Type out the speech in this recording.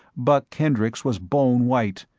buck kendricks was bone-white,